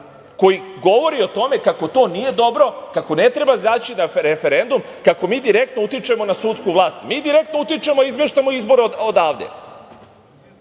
koji govori o tome kako to nije dobro, kako ne treba izaći na referendum, kako mi direktno utičemo na sudsku vlast. Mi direktno utičemo i izmeštamo izbore odavde,